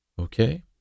Okay